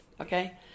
okay